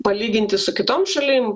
palyginti su kitom šalim